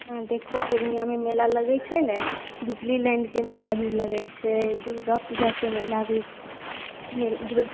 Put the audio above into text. अहाँ देखू पूर्णियामे मेला लगै छै ने डिजनीलैण्ड के मेला भी लगै छै दुर्गा पूजा के मेला भी